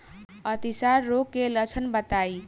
अतिसार रोग के लक्षण बताई?